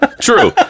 true